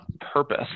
purpose